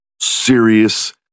serious